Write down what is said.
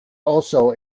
also